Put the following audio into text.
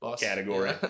category